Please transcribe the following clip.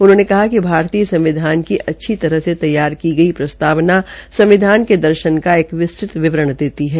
उन्होंने कहा कि भारतीय संविधान की अच्दी तरह से तैयार की गई प्रस्तावना संविधान के दर्शन एक विस्तृत विवरण देती है